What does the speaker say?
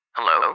Hello